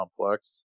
complex